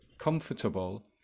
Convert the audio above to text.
comfortable